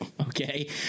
okay